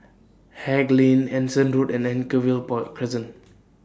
Haig Lane Anson Road and Anchorvale Crescent